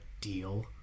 deal